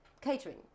catering